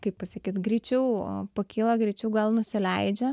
kaip pasakyt greičiau pakyla greičiau gal nusileidžia